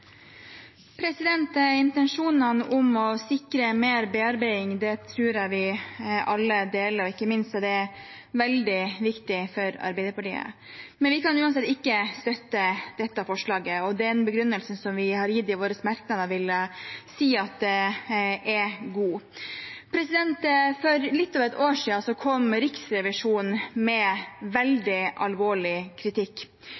ikke minst veldig viktig for Arbeiderpartiet. Men vi kan uansett ikke støtte dette forslaget, og den begrunnelsen vi har gitt i våre merknader, vil jeg si er god. For litt over et år siden kom Riksrevisjonen med